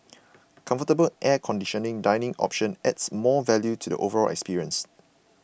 comfortable air conditioning dining option adds more value to the overall experience